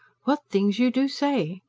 what things you do say!